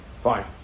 Fine